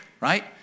right